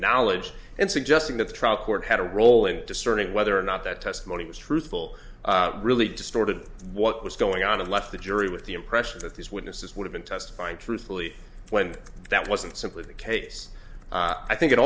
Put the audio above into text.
knowledge and suggesting that the trial court had a role in discerning whether or not that testimony was truthful really distorted what was going on unless the jury with the impression that these witnesses would have been testify truthfully when that wasn't simply the case i think it